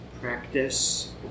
practice